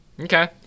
Okay